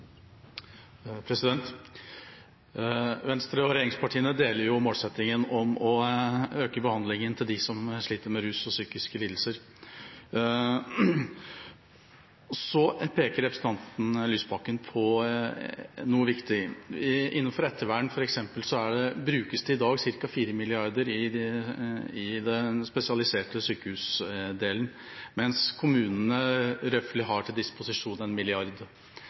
regjeringspartiene deler målsettinga om å øke behandlinga for dem som sliter med rus og psykiske lidelser. Så peker representanten Lysbakken på noe viktig. Innenfor ettervern f.eks. brukes det i dag ca. 4 mrd. kr i den spesialiserte sykehusdelen, mens kommunene har til disposisjon ca. 1 mrd. kr. Det er klart at det er et krevende ubalanseforhold, og det er utfordrende når en